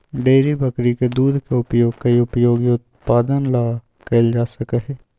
dairy बकरी के दूध के उपयोग कई उपयोगी उत्पादन ला कइल जा सका हई